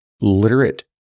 literate